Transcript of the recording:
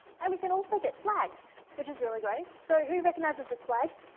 and we can also get flags, which is really great. so who recognizes this flag?